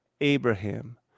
Abraham